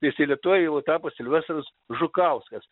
tai jisai lietuvoj jau tapo silvestras žukauskas